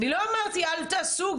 אני לא אמרתי שלא תעשו.